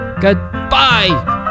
Goodbye